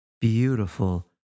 beautiful